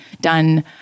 done